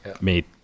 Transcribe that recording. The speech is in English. made